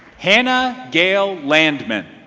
hannah gayle landman